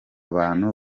bantu